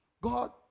God